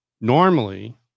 normally